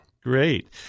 Great